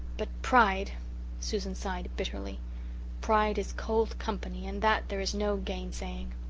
but pride susan sighed bitterly pride is cold company and that there is no gainsaying.